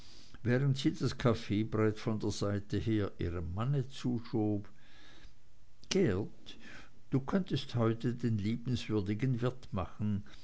während sie das kaffeebrett von der seite her ihrem manne zuschob geert du könntest heute den liebenswürdigen wirt machen